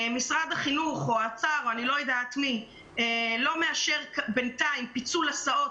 משרד החינוך או האוצר לא מאשרים פיצול הסעות,